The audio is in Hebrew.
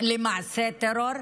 למעשה טרור,